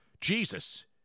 Jesus